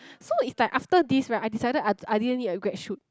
so it's like after this right I decided I I didn't need a grad shoot